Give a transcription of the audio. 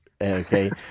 okay